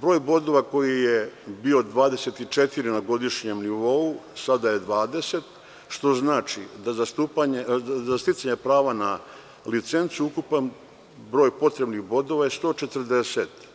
broj bodova koji je bio 24 na godišnjem nivou sada je 20, što znači da za sticanje prava na licencu ukupan broj potrebnih bodova je 140.